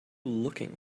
looking